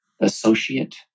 associate